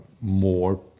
more